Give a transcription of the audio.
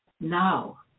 Now